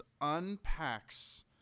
unpacks